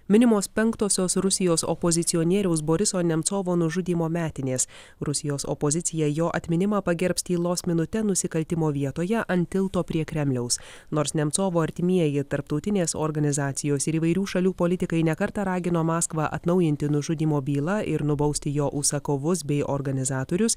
minimos penktosios rusijos opozicionieriaus boriso nemcovo nužudymo metinės rusijos opozicija jo atminimą pagerbs tylos minute nusikaltimo vietoje ant tilto prie kremliaus nors nemcovo artimieji tarptautinės organizacijos ir įvairių šalių politikai ne kartą ragino maskvą atnaujinti nužudymo bylą ir nubausti jo užsakovus bei organizatorius